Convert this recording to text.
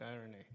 irony